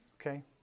Okay